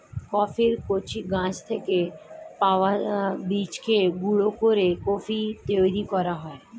কফির কচি গাছ থেকে পাওয়া বীজকে গুঁড়ো করে কফি তৈরি করা হয়